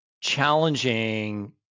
challenging